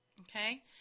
Okay